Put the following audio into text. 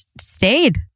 stayed